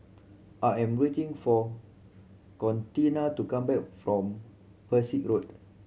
I am waiting for Contina to come back from Pesek Road